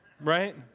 right